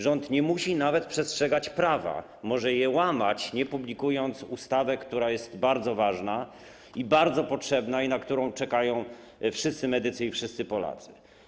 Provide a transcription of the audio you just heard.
Rząd nie musi nawet przestrzegać prawa, może je łamać, nie publikując ustawy, która jest bardzo ważna i bardzo potrzebna i na którą czekają wszyscy medycy i wszyscy Polacy.